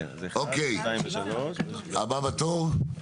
אוקיי, הבא בתור.